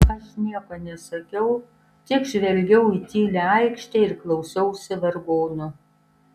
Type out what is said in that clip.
aš nieko nesakiau tik žvelgiau į tylią aikštę ir klausiausi vargonų